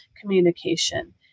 communication